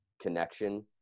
connection